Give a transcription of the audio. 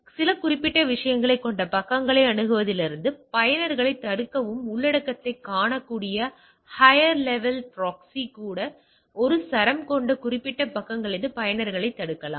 சில குறிப்பிட்ட விஷயங்களைக் கொண்ட பக்கங்களை அணுகுவதிலிருந்து பயனர்களைத் தடுக்கவும் உள்ளடக்கத்தைக் காணக்கூடிய ஹையர் லெவல் ப்ராக்ஸி கூட ஒரு சரம் கொண்ட குறிப்பிட்ட பக்கங்களிலிருந்து பயனர்களைத் தடுக்கலாம்